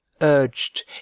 urged